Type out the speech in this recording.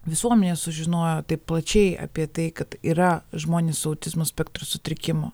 visuomenė sužinojo taip plačiai apie tai kad yra žmonės su autizmo spektro sutrikimu